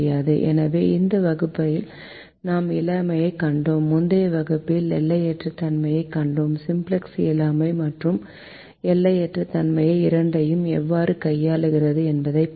எனவே இந்த வகுப்பில் நாம் இயலாமையைக் கண்டோம் முந்தைய வகுப்பில் எல்லையற்ற தன்மையைக் கண்டோம் சிம்ப்ளக்ஸ் இயலாமை மற்றும் எல்லையற்ற தன்மை இரண்டையும் எவ்வாறு கையாளுகிறது என்பதைப் பார்த்தோம்